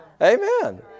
Amen